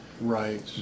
Right